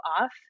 off